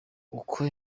uko